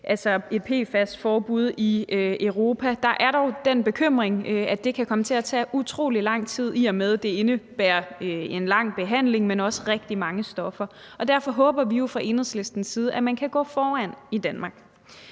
på et PFAS-forbud i Europa. Der er der dog den bekymring, at det kan komme til at tage utrolig lang tid, i og med at det indebærer en lang behandling, men også at der er rigtig mange stoffer, og derfor håber vi jo fra Enhedslistens side, at man kan gå foran i Danmark.